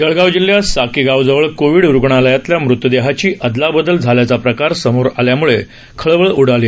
जळगाव जिल्ह्यात साकेगावजवळ कोविड रुग्णालयातल्या मृतदेहाची अदलाबदल झाल्याचा प्रकार समोर आल्यामुळे खळबळ उडाली